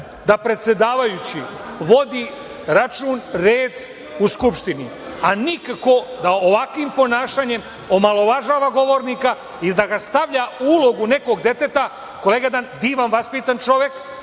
da predsedavajući vodi račun, red u Skupštini, a nikako da ovakvim ponašanjem omalovažava govornika i da ga stavlja u ulogu nekog deteta. Kolega je jedan divan, vaspitan čovek,